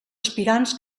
aspirants